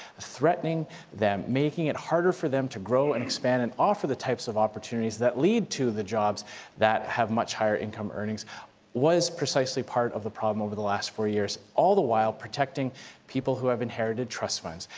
threatening them, making it harder for them to grow and expand and offer the types of opportunities that lead to the jobs that have much higher income earnings was precisely part of the problem over the last four years, all the while protecting people who have inherited trust funds.